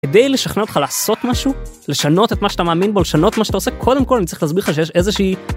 כדי לשכנע אותך לעשות משהו, לשנות את מה שאתה מאמין בו, לשנות מה שאתה עושה, קודם כל אני צריך להסביר לך שיש איזושהי...